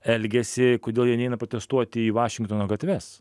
elgiasi kodėl jie neina protestuoti į vašingtono gatves